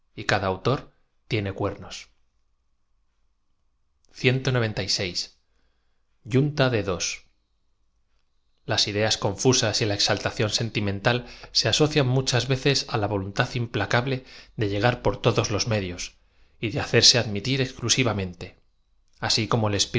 y cada autor tiene caernos r n a da las ideas confusas y la exaltacióa sentimental se asocian muchas veces á la voluntad im placable de llegar por todos los medios y de hacerse admitir ex clusivamente asi como